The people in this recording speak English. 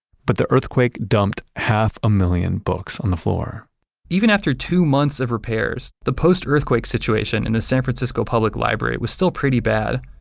but the earthquake dumped half a million books on the floor even after two months of repairs, the post-earthquake situation in the san francisco public library was still pretty bad.